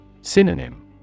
Synonym